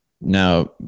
now